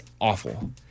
awful